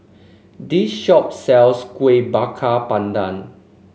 this shop sells Kuih Bakar Pandan